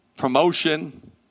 Promotion